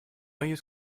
use